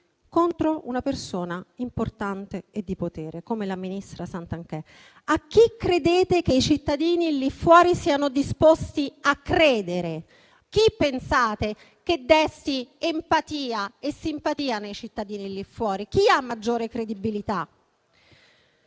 contro una persona importante e di potere come il ministro Santanchè. A chi credete che i cittadini siano disposti a credere? Chi pensate che desti empatia e simpatia nei cittadini lì fuori? Chi ha maggiore credibilità?